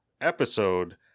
episode